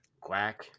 quack